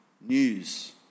news